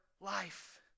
life